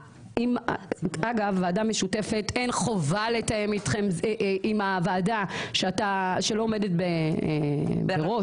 אגב ועדה משותפת אין חובה לתאם עם הוועדה שלא עומדת בראשות,